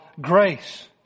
grace